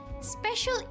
special